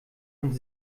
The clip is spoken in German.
und